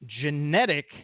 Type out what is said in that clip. Genetic